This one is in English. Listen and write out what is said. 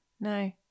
no